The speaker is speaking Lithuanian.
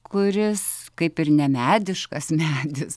kuris kaip ir ne mediškas medis